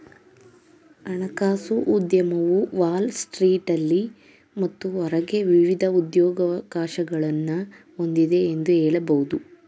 ಹಣಕಾಸು ಉದ್ಯಮವು ವಾಲ್ ಸ್ಟ್ರೀಟ್ನಲ್ಲಿ ಮತ್ತು ಹೊರಗೆ ವಿವಿಧ ಉದ್ಯೋಗವಕಾಶಗಳನ್ನ ಹೊಂದಿದೆ ಎಂದು ಹೇಳಬಹುದು